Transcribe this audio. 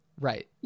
right